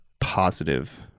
positive